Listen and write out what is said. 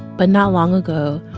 but not long ago,